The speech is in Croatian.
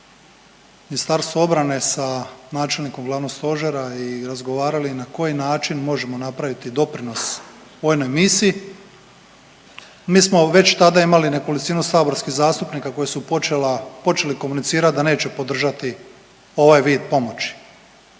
Ministarstvu obrane sa načelnikom glavnog stožera i razgovarali na koji način možemo napraviti doprinos vojnoj misiji, mi smo već tada imali nekolicinu saborskih zastupnika koji su počela, počeli komunicirat da neće podržati ovaj vid pomoći,